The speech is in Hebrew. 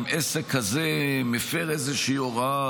אם עסק כזה מפר איזושהי הוראה,